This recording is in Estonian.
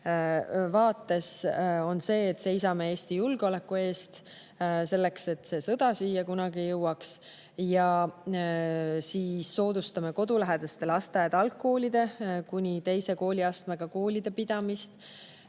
ka see, et me seisame Eesti julgeoleku eest selleks, et see sõda siia kunagi ei jõuaks. Me soodustame kodulähedaste lasteaed-algkoolide ja kuni teise kooliastmega koolide pidamist.